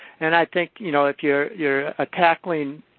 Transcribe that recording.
and i think, you know, if you're you're ah tackling